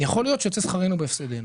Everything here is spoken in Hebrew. יצא שכרנו בהפסדנו.